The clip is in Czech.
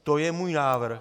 To je můj návrh.